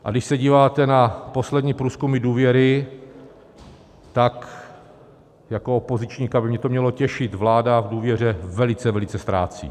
A když se díváte na poslední průzkumy důvěry, tak jako opozičníka by mě to mělo těšit, vláda v důvěře velice, velice ztrácí.